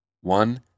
one